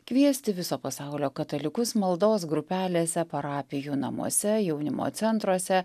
kviesti viso pasaulio katalikus maldos grupelėse parapijų namuose jaunimo centruose